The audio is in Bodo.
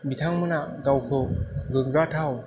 बिथांमोनहा गावखौ गोग्गाथाव